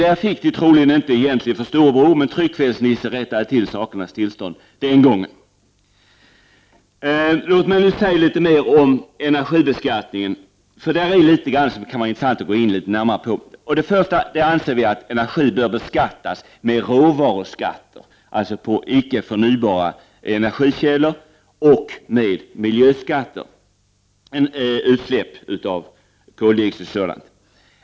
Det fick han troligen egentligen inte för storebror, men tryckfelsnisse rättade till sakernas tillstånd. Låt mig nu tala litet mer om energibeskattningen — där finns några punkter som det kan vara intressant att gå närmare in på. Först och främst anser vi att energi bör beskattas med råvaruskatter på icke förnybara energikällor samt med miljöskatter på utsläpp av t.ex. koldioxid.